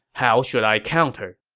how should i counter?